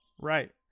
Right